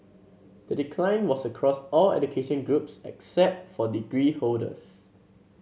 the decline was across all education groups except for degree holders